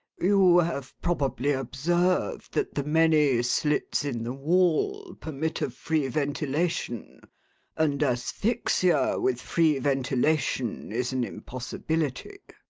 you have probably observed that the many slits in the wall permit of free ventilation and asphyxia with free ventilation is an impossibility.